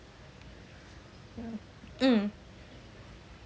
mm